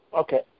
okay